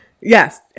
Yes